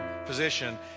Position